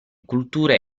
culture